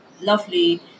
lovely